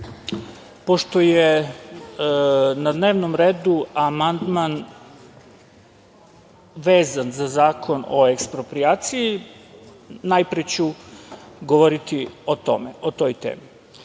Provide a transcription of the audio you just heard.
pošto je na dnevnom redu amandman vezan za Zakon o eksproprijaciji, najpre ću govoriti o toj